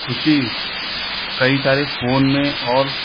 खुशी कई सारे फ़ोन में और